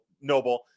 Noble